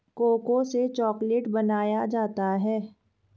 cocoa से chocolate बनाया जाता है